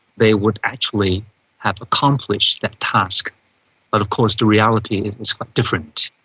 they would actually have accomplished that task. but of course the reality was quite different.